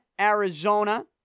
Arizona